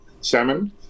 salmon